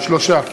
שלושה.